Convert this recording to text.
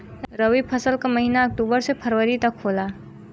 रवी फसल क महिना अक्टूबर से फरवरी तक होला